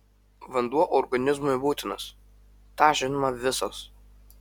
vanduo organizmui būtinas tą žinome visos